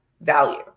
value